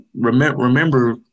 remember